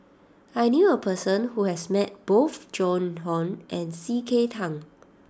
I knew a person who has met both Joan Hon and C K Tang